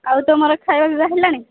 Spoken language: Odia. ଆଉ ତୁମର ଖାଇବା ପିଇବା ହେଲାଣି